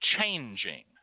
changing